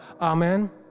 Amen